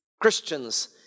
Christians